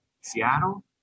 Seattle